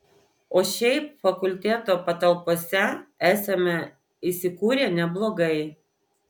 o šiaip fakulteto patalpose esame įsikūrę neblogai